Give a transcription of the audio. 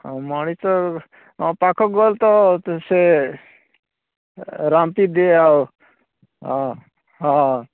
ଆଉ ମଣିଷ ପାଖକୁ ଗଲେ ତ ସେ ରାମ୍ପି ଦିଏ ଆଉ ହଁ ହଁ